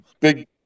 big